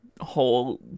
whole